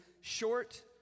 short